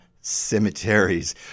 cemeteries